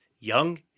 young